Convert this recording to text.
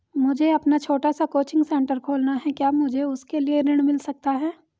मुझे अपना छोटा सा कोचिंग सेंटर खोलना है क्या मुझे उसके लिए ऋण मिल सकता है?